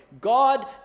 God